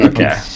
Okay